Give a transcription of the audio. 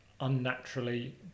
unnaturally